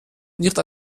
nicht